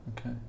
okay